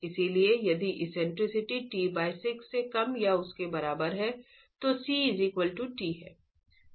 इसलिए यदि eccentricity t6 से कम या उसके बराबर है तो c t है